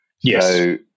Yes